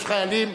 יש גם